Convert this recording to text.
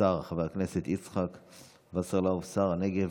השר יצחק וסרלאוף, שר הנגב,